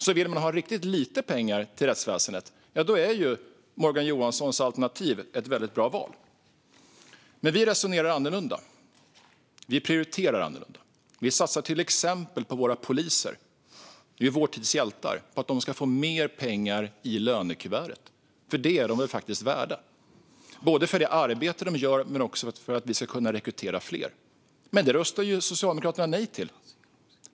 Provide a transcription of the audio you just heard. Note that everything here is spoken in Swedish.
Så vill man ha riktigt lite pengar till rättsväsendet är Morgan Johanssons alternativ ett väldigt bra val. Men vi resonerar annorlunda, och vi prioriterar annorlunda. Vi satsar till exempel på våra poliser, vår tids hjältar, och på att de ska få mer pengar i lönekuvertet. Det är de faktiskt värda, för det arbete de gör men också för att vi ska kunna rekrytera fler. Men detta röstar Socialdemokraterna nej till.